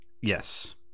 Yes